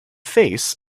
face